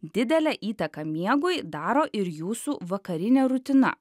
didelę įtaką miegui daro ir jūsų vakarinė rutina